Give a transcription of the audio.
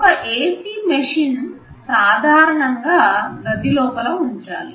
ఒక AC machine సాధారణంగా గది లోపల ఉంచాలి